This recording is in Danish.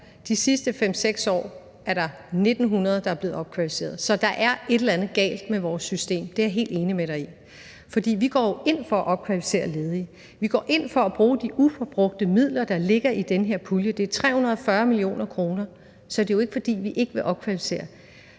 De sidste 5-6 år er der 1.900, der er blevet opkvalificeret. Så der er et eller andet galt med vores system. Det er jeg helt enig med dig i. Vi går jo ind for at opkvalificere ledige. Vi går ind for at bruge de uforbrugte midler, der ligger i den her pulje. Det er 340 mio. kr. Så det er jo ikke, fordi vi ikke vil opkvalificere